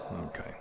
Okay